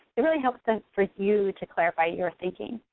it really helps them, for you to clarify your thinking.